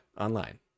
online